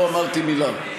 לא אמרתי מילה.